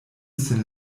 sin